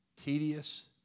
tedious